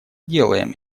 делаем